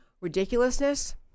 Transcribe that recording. ridiculousness